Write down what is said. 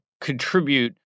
contribute